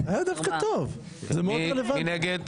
מי נגד?